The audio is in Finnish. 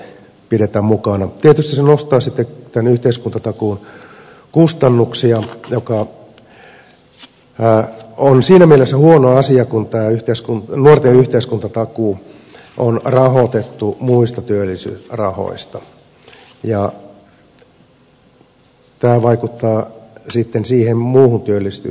tietysti se nostaa sitten tämän yhteiskuntatakuun kustannuksia mikä on siinä mielessä huono asia kun tämä nuorten yhteiskuntatakuu on rahoitettu muista työllisyysrahoista ja tämä vaikuttaa sitten siihen muuhun työllistymispolitiikkaan